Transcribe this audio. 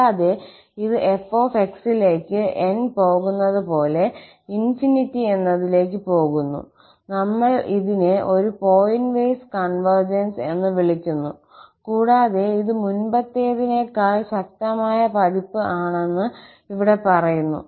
കൂടാതെ ഇത് 𝑓𝑥ലേക്ക് n പോകുന്നത് പോലെ ∞ എന്നതിലേക്ക് പോകുന്നു നമ്മൾ ഇതിനെ ഒരു പോയിന്റ് വൈസ് കൺവെർജൻസ് എന്ന് വിളിക്കുന്നു കൂടാതെ ഇത് മുൻപത്തേതിനേക്കാൾ ശക്തമായ പതിപ്പ് ആണെന്ന് ഇവിടെ പറയുന്നു